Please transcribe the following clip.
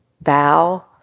bow